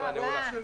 הישיבה נעולה.